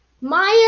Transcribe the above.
Maya